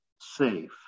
safe